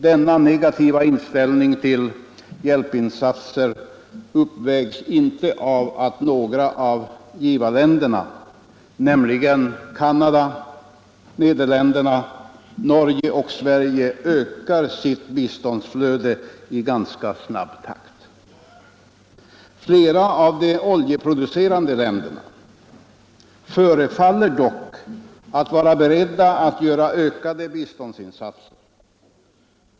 Denna negativa inställning till hjälpinsatser uppvägs inte av att några av givarländerna, nämligen Canada, Nederländerna, Norge och Sverige, ökar sitt biståndsflöde i ganska snabb takt. Flera av de oljeproducerande länderna förefaller dock vara beredda att göra ökade biståndsinsatser.